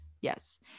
yes